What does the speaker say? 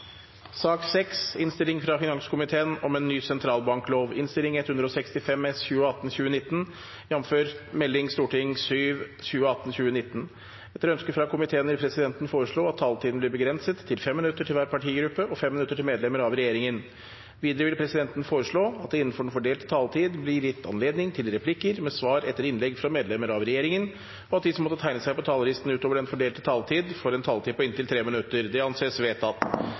Etter ønske fra finanskomiteen vil presidenten foreslå at taletiden blir begrenset til 5 minutter til hver partigruppe og 5 minutter til medlemmer av regjeringen. Videre vil presidenten foreslå at det – innenfor den fordelte taletid – blir gitt anledning til replikker med svar etter innlegg fra medlemmer av regjeringen, og at de som måtte tegne seg på talerlisten utover den fordelte taletid, får en taletid på inntil 3 minutter. – Det anses vedtatt.